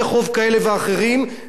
זה לא עניין גם של שוק,